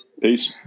Peace